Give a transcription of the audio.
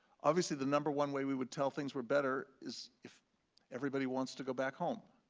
obviously the number one way we would tell things were better is if everybody wants to go back home,